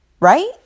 right